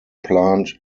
plant